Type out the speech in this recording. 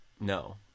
No